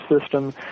system